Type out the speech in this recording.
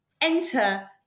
enter